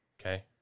Okay